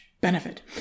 benefit